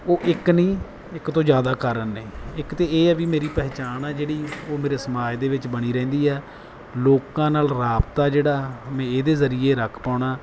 ਉਹ ਇੱਕ ਨਹੀਂ ਇੱਕ ਤੋਂ ਜ਼ਿਆਦਾ ਕਾਰਨ ਨੇ ਇੱਕ ਤਾਂ ਇਹ ਹੈ ਵੀ ਮੇਰੀ ਪਹਿਚਾਣ ਆ ਜਿਹੜੀ ਉਹ ਮੇਰੇ ਸਮਾਜ ਦੇ ਵਿੱਚ ਬਣੀ ਰਹਿੰਦੀ ਹੈ ਲੋਕਾਂ ਨਾਲ ਰਾਬਤਾ ਜਿਹੜਾ ਮੈਂ ਇਹਦੇ ਜ਼ਰੀਏ ਰੱਖ ਪਾਉਣਾ